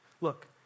Look